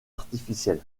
artificielle